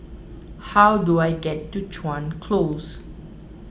how do I get to Chuan Close